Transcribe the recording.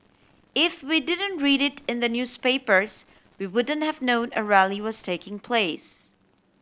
if we didn't read it in the newspapers we wouldn't have known a rally was taking place